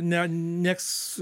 ne nes